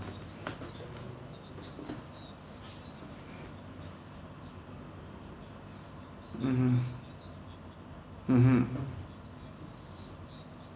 mmhmm mmhmm